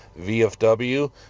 VFW